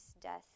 death